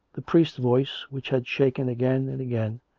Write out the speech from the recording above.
the priest's voice, which had shaken again and again,